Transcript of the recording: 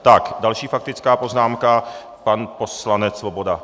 Tak další faktická poznámka, pan poslanec Svoboda.